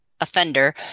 offender